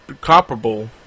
comparable